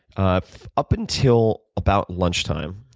ah up until about lunch time,